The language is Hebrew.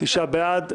תשעה בעד.